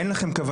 אין לכם,